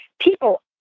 People